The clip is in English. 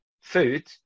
food